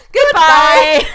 Goodbye